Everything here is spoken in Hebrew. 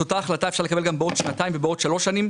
אותה החלטה אפשר לקבל גם בעוד שנתיים ובעוד שלוש שנים,